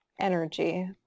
energy